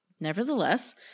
Nevertheless